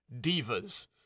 divas